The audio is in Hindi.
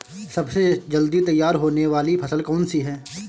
सबसे जल्दी तैयार होने वाली फसल कौन सी है?